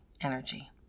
energy